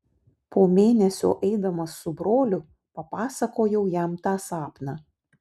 po mėnesio eidamas su broliu papasakojau jam tą sapną